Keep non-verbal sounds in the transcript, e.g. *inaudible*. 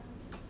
*noise*